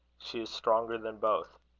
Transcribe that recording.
she is stronger than both.